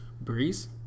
Breeze